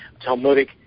Talmudic